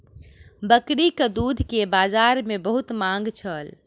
बकरीक दूध के बजार में बहुत मांग छल